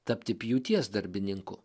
tapti pjūties darbininku